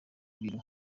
biro